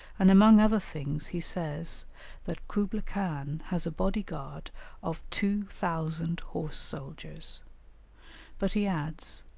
and among other things, he says that kublai-khan has a body-guard of two thousand horse-soldiers but he adds,